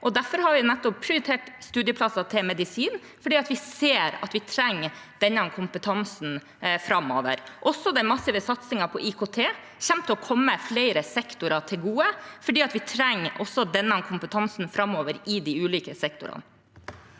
Vi har også prioritert studieplasser til medisin, fordi vi ser at vi trenger den kompetansen framover. Også den massive satsingen på IKT kommer til å komme flere sektorer til gode, fordi vi trenger denne kompetansen framover i de ulike sektorene.